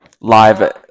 Live